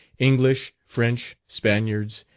english, french, spaniards,